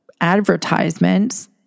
advertisements